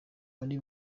muri